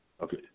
Okay